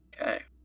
Okay